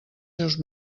seus